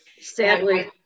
Sadly